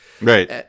Right